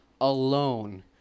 alone